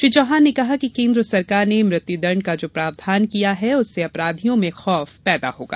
श्री चौहान ने कहा कि केन्द्र सरकार ने मृत्युदंड का जो प्रावधान किया है उससे अपराधियों में खौफ पैदा होगा